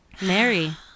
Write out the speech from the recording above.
Mary